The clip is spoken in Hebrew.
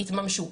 יתממשו.